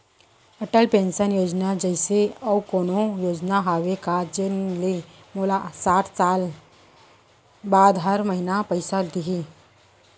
Atal pension योजना जइसे अऊ कोनो योजना हावे का जेन ले मोला साठ साल बाद हर महीना पइसा दिही?